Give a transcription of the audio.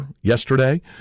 yesterday